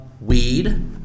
weed